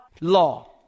Law